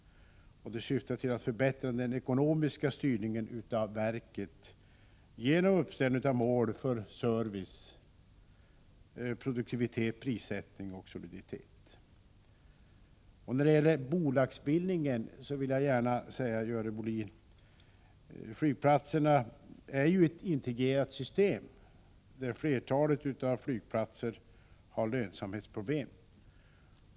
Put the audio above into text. Detta syftar till att förbättra den ekonomiska styrningen av verket genom uppställande av mål för service, produktivitet, prissättning och soliditet. När det gäller bolagsbildningen vill jag gärna säga till Görel Bohlin att flygplatserna ju bildar ett integrerat system och att flertalet flygplatser har lönsamhetsproblem.